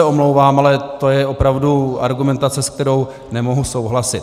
Omlouvám se, ale to je opravdu argumentace, se kterou nemohu souhlasit.